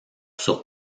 sur